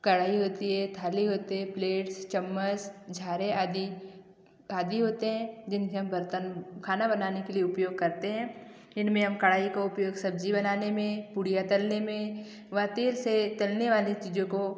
कड़ाही होती है थाली होती है प्लेट्स चम्मच झारे आदि आदि होते हैं जिनसे हम बर्तन खाना बनाने के लिए उपयोग करते हैं इनमें हम कड़ाही का उपयोग सब्ज़ी बनाने में पूड़ियाँ तलने में व तेल से तलने वाली चीज़ों को